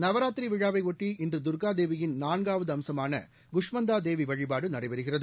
நவராத்திரி விழாவையொட்டி இன்று தர்க்கா தேவியின் நான்காவது அம்சமான குஷ்மந்தா தேவி வழிபாடு நடைபெறுகிறது